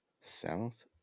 South